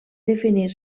definir